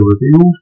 revealed